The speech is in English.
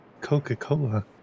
Coca-Cola